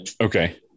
Okay